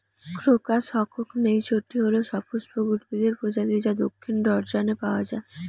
crocus হসকনেইচটি হল সপুষ্পক উদ্ভিদের প্রজাতি যা দক্ষিণ জর্ডানে পাওয়া য়ায়